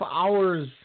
hours